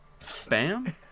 spam